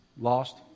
Lost